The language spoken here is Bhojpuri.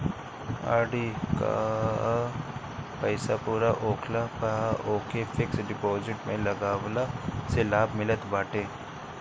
आर.डी कअ पईसा पूरा होखला पअ ओके फिक्स डिपोजिट में लगवला से लाभ मिलत बाटे